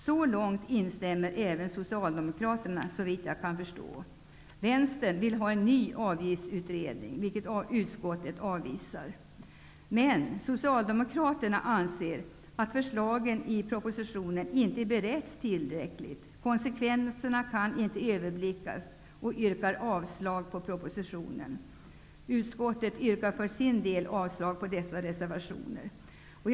Så långt instämmer även Socialdemokraterna, såvitt jag kan förstå. Vänstern vill ha en ny avgiftsutredning, något som utskottet avvisar. Men Socialdemokraterna anser att förslagen i propositionen inte har beretts tilräckligt -- konsekvenserna kan inte överblickas, anser de och yrkar avslag på propositionen. Utskottet tillbakavisar de socialdemokratiska reservationerna.